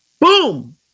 Boom